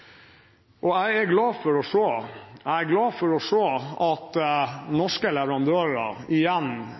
dag. Jeg er glad for å se at norske leverandører igjen viser sin styrke og sin konkurransekraft, og jeg er glad for å se at